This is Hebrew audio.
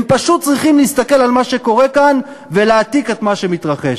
הם פשוט צריכים להסתכל על מה שקורה כאן ולהעתיק את מה שמתרחש.